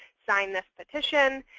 sign this petition,